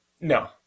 No